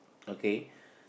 okay